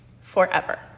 forever